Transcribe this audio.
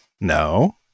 No